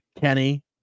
Kenny